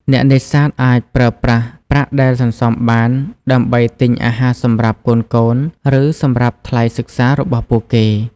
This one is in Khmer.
អ្នកនេសាទអាចប្រើប្រាស់ប្រាក់ដែលសន្សំបានដើម្បីទិញអាហារសម្រាប់កូនៗ ឬសម្រាប់ថ្លៃសិក្សារបស់ពួកគេ។